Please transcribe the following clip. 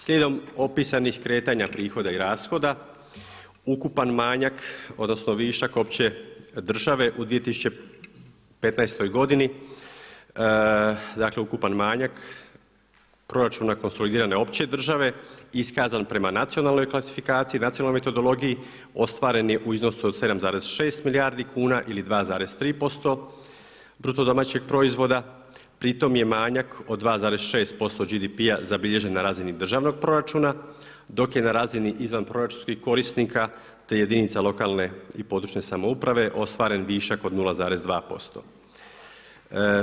Slijedom opisanih kretanja prihoda i rashoda ukupan manjak, odnosno višak opće države u 2015. godini dakle ukupan manjak proračuna konsolidirane opće države iskazan prema nacionalnoj klasifikaciji, nacionalnoj metodologiji ostvaren je u iznosu od 7,6 milijardi kuna ili 2,3% BDP-a pri tom je manjak od 2,6% BDP-a zabilježen na razini državnog proračuna dok je na razini izvanproračunskih korisnika te jedinica lokalne i područne samouprave ostvaren višak od 0,2%